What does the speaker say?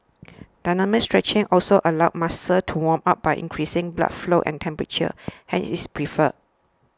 dynamic stretching also allows muscles to warm up by increasing blood flow and temperature hence it's preferred